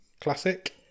Classic